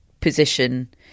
position